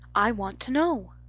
i want to know.